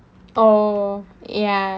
oh ya